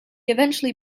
eventually